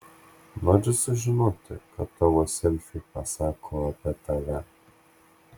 nori sužinoti ką tavo selfiai pasako apie tave